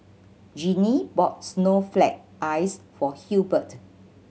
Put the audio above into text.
Ginny bought snowflake ice for Hubert